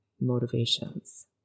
motivations